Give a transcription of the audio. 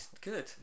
good